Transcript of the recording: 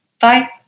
bye